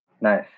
Nice